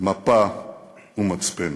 מפה ומצפן.